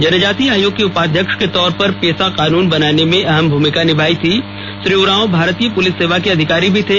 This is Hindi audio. जनजाति आयोग के उपाध्यक्ष के तौर पर पेसा कानून बनाने में अहम भूमिका निभाई थी श्री उरांव भारतीय पुलिस सेवा के अधिकारी थे